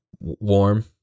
warm